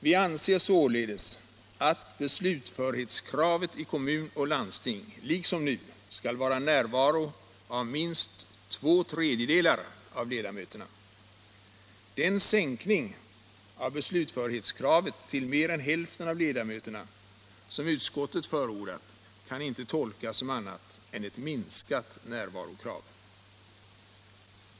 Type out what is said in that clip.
Vi anser således att beslutförhetskravet i kommun och landsting liksom nu skall vara närvaro av minst två tredjedelar av ledamöterna. Den sänkning av beslutförhetskravet till mer än hälften av ledamöterna som utskottet förordat kan inte tolkas som annat än ett minskat närvarokrav.